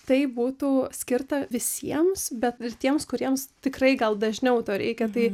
tai būtų skirta visiems bet ir tiems kuriems tikrai gal dažniau to reikia tai